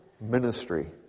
ministry